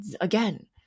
again